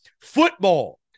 Football